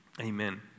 Amen